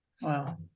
Wow